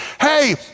hey